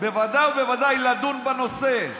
בוודאי ובוודאי לדון בנושא,